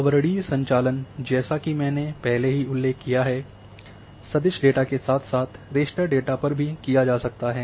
आवरणीय संचालन जैसा कि मैंने पहले ही उल्लेख किया है सदिश डेटा के साथ साथ रास्टर डेटा पर भी किया जा सकता है